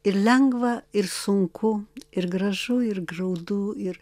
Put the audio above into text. ir lengva ir sunku ir gražu ir graudu ir